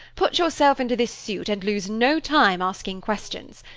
put yourself into this suit, and lose no time asking questions.